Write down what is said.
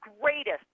greatest